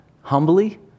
humbly